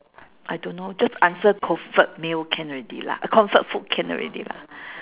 I don't know just answer comfort meal can already lah comfort food can already lah